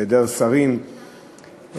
בהיעדר שרים,